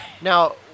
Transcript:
Now